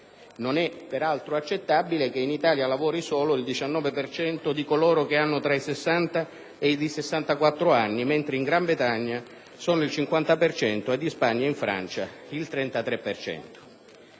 Non è peraltro accettabile che in Italia lavori solo il 19 per cento di coloro che hanno tra 60 e i 64 anni, mentre in Gran Bretagna sono il 50 per cento e in Spagna e Francia il 33